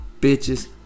bitches